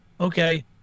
Okay